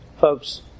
Folks